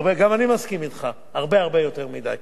גם אני מסכים אתך, הרבה הרבה יותר מדי.